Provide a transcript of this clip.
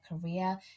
career